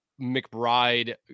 McBride